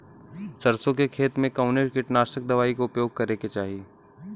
सरसों के खेत में कवने कीटनाशक दवाई क उपयोग करे के चाही?